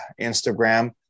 Instagram